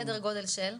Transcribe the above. סדר גודל של?